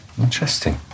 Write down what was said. Interesting